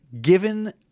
given